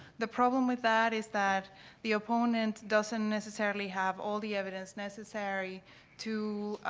the problem with that is that the opponent doesn't necessarily have all the evidence necessary to